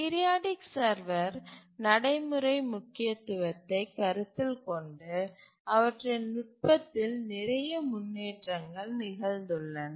periodic server நடைமுறை முக்கியத்துவத்தை கருத்தில் கொண்டு அவற்றின் நுட்பத்தில் நிறைய முன்னேற்றங்கள் நிகழ்ந்துள்ளன